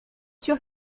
sûr